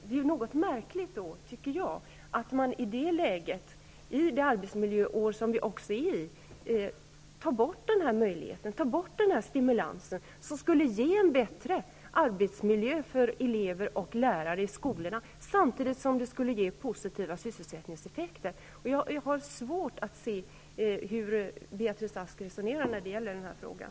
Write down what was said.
Det är litet märkligt att man i det läget och under det arbetsmiljöår som det är i år tar bort den här stimulansen, som skulle ge en bättre arbetsmiljö för elever och lärare i skolorna, samtidigt som den skulle ge positiva sysselsättningseffekter. Jag har svårt att förstå hur Beatrice Ask resonerar i den här frågan.